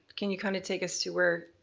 can you kinda take us to where,